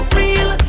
real